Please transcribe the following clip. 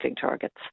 targets